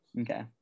Okay